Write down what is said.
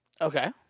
Okay